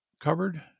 covered